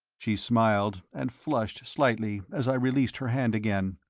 she smiled, and flushed slightly, as i released her hand again.